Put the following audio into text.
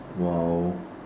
!wow!